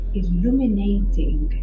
illuminating